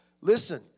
listen